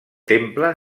temple